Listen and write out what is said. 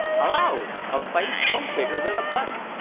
hallo! a face no bigger than a button!